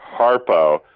Harpo